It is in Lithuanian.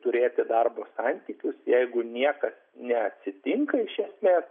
turėti darbo santykius jeigu niekas neatsitinka iš esmės